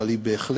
אבל היא בהחלט